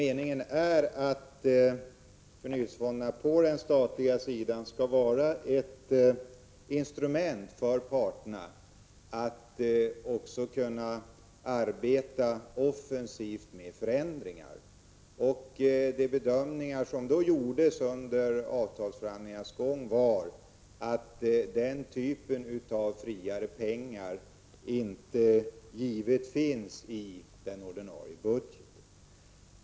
Meningen är att förnyelsefonderna på den statliga sidan skall vara ett instrument för parterna, så att de kan arbeta offensivt också med förändringar. Den bedömning som gjordes under avtalsförhandlingarnas gång var att den typen av friare pengar inte finns angiven i den ordinarie budgeten.